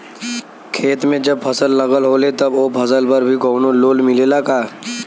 खेत में जब फसल लगल होले तब ओ फसल पर भी कौनो लोन मिलेला का?